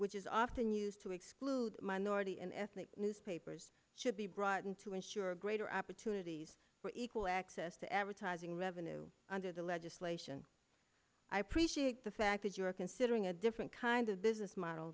which is often used to exclude minority and ethnic newspapers should be broadened to ensure greater opportunities for equal access to advertising revenue under the legislation i appreciate the fact that you are considering a different kind of business model